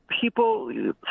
people